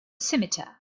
scimitar